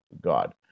God